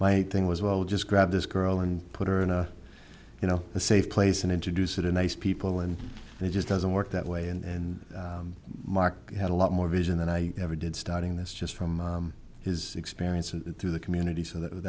my thing was well just grab this girl and put her in a you know a safe place and introduce it in nice people and they just doesn't work that way and marc had a lot more vision than i ever did starting this just from his experience and through the community so that was